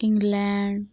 England